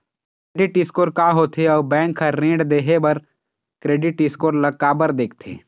Credit score का होथे अउ बैंक हर ऋण देहे बार क्रेडिट स्कोर ला काबर देखते?